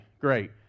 great